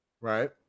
Right